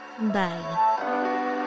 Bye